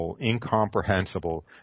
incomprehensible